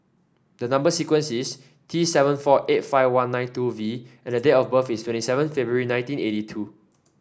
number sequence is T seven four eight five one nine two V and date of birth is twenty seven February nineteen eighty two